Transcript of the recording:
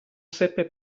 seppe